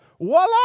Voila